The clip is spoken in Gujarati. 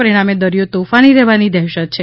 પરિણામે દરિયો તોફાની રહેવાની દહેશત છે